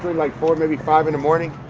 like four, maybe five in the morning.